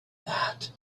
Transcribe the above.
that